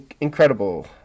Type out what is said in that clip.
incredible